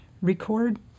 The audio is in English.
Record